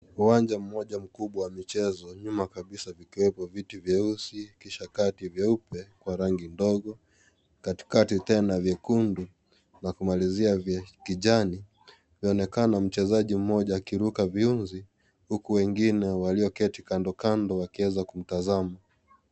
Uwanja moja mkubwa wa michezo nyuma kabisaa vikiwemo viti vyeusi kisha Kati vyeupe Kwa rangi ndogo katika tena vyekundu na kumalizia kijani. Anaonekana mchezaji mmoja akiruka vyunzi huku wengine walioketi kandokando wakieza kumtazama.